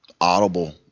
audible